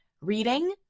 Reading